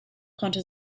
konnte